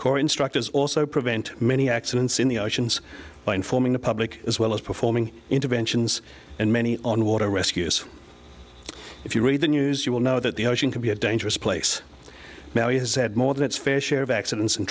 corps instructors also prevent many accidents in the oceans by informing the public as well as performing interventions and many on water rescues if you read the news you will know that the ocean can be a dangerous place now he has said more than its fair share of accidents and